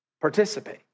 Participate